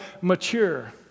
mature